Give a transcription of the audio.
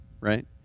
right